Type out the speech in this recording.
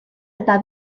eta